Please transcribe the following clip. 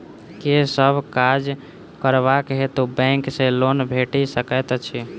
केँ सब काज करबाक हेतु बैंक सँ लोन भेटि सकैत अछि?